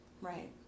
Right